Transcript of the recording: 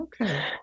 okay